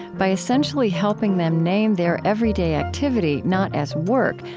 by essentially helping them name their everyday activity not as work,